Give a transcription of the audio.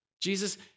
Jesus